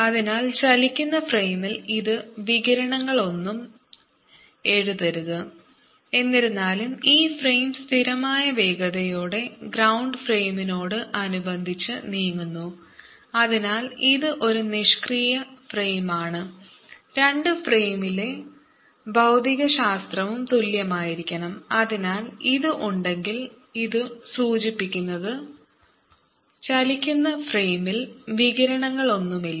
അതിനാൽ ചലിക്കുന്ന ഫ്രെയിമിൽ ഇത് വികിരണങ്ങളൊന്നും എഴുതരുത് എന്നിരുന്നാലും ഈ ഫ്രെയിം സ്ഥിരമായ വേഗതയോടെ ഗ്രൌണ്ട് ഫ്രെയിമിനോട് അനുബന്ധിച്ച് നീങ്ങുന്നു അതിനാൽ ഇത് ഒരു നിഷ്ക്രിയ ഫ്രെയിമാണ് രണ്ട് ഫ്രെയിമിലെ ഭൌതികശാസ്ത്രവും തുല്യമായിരിക്കണം അതിനാൽ ഇത് ഉണ്ടെങ്കിൽ ഇത് സൂചിപ്പിക്കുന്നത് ചലിക്കുന്ന ഫ്രെയിമിൽ വികിരണങ്ങളൊന്നുമില്ല